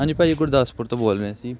ਹਾਂਜੀ ਭਾਅ ਜੀ ਗੁਰਦਾਸਪੁਰ ਤੋਂ ਬੋਲ ਰਹੇ ਸੀ